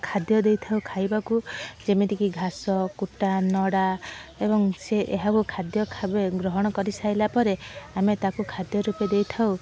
ଖାଦ୍ୟ ଦେଇଥାଉ ଖାଇବାକୁ ଯେମିତିକି ଘାସ କୁଟା ନଡ଼ା ଏବଂ ସିଏ ଏହାକୁ ଖାଦ୍ୟ ଭାବେ ଗ୍ରହଣ କରିସାରିଲା ପରେ ଆମେ ତାକୁ ଖାଦ୍ୟ ରୂପେ ଦେଇଥାଉ